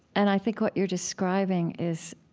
and i think what you're describing is,